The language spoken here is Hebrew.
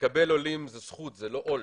לקבל עולים, זאת זכות וזה לא עול.